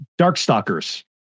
Darkstalkers